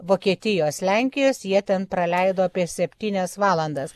vokietijos lenkijos jie ten praleido apie septynias valandas